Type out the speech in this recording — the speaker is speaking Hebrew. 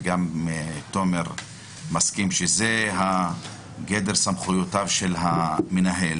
וגם תומר מסכים שזה גדר סמכויותיו של המנהל